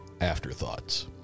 afterthoughts